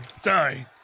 Sorry